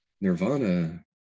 nirvana